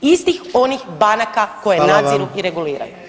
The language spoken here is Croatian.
Istih onih banaka koje nadziru i reguliraju.